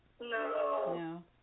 No